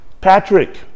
Patrick